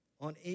on